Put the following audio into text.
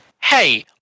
hey